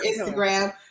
Instagram